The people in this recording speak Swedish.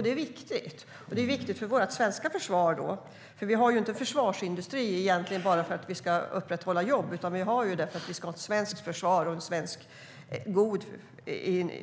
Det är viktigt, och det är viktigt för vårt svenska försvar. Vi har ju inte en försvarsindustri bara för att vi ska upprätthålla jobb, utan vi har det för att vi ska ha ett svenskt försvar och en svensk